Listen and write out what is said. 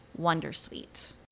Wondersuite